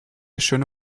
schöne